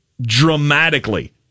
dramatically